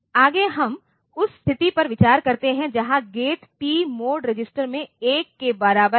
आगे हम उस स्थिति पर विचार करते हैं जहां गेट टी मोड रजिस्टर में 1 के बराबर है